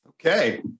Okay